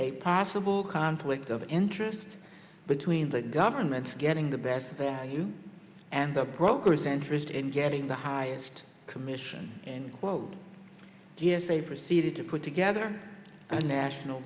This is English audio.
a possible conflict of interest between the government's getting the best value and the brokers interested in getting the highest commission and quote they proceeded to put together a national